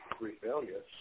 rebellious